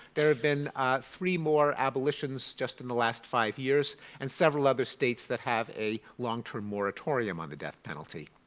there have been three more abolitions just in the last five years and several other states that have a long-term moratorium on the death penalty.